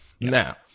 Now